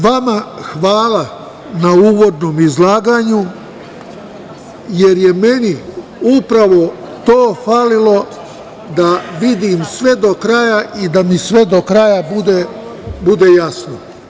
Vama hvala na uvodnom izlaganju, jer je meni upravo to falilo da vidim sve do kraja i da mi sve do kraja bude jasno.